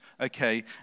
okay